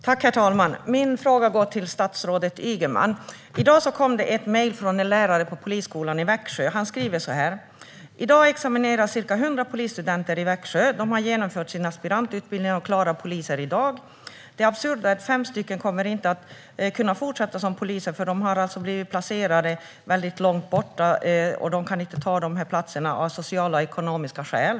Herr talman! Min fråga går till statsrådet Ygeman. I dag kom det ett mejl från en lärare på polisskolan i Växjö. Han skriver att i dag examineras ca 100 polisstudenter i Växjö. De har genomfört sin aspirantutbildning och är klara poliser i dag. Det absurda är att fem av dem inte kommer att kunna fortsätta som poliser. De har blivit placerade väldigt långt borta, och kan inte ta de platserna av sociala och ekonomiska skäl.